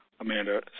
Amanda